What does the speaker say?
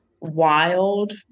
wild